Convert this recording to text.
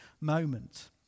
moment